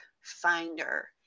finder